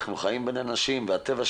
אנחנו חיינו בין אנשים והטבע שלנו,